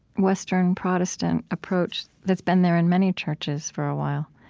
western protestant approach that's been there in many churches for a while